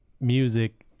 music